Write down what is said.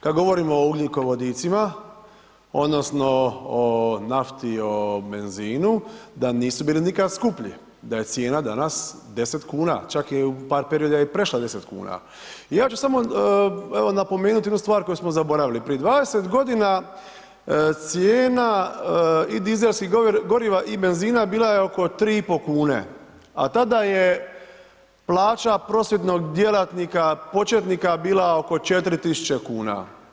Kada govorimo o ugljikovodicima, odnosno, o nafti i o benzinu da nisu bili nikad skuplji, da je cijena danas 10 kn, čak je i u par perioda prešla 10 kn i ja ću samo napomenuti jednu stvar koju smo zaboravili prije 20 g. cijena i dizelskih goriva i benzina bila je oko 3,5 kn, a tada je plaća prosvjetnog djelatnika početnika bila oko 4000 kn.